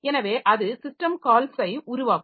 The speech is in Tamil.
எனவே அது சிஸ்டம் கால்ஸை உருவாக்கும்